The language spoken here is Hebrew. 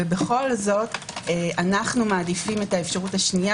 ובכל זאת אנחנו מעדיפים את האפשרות השנייה